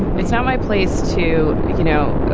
it's not my place to, you know,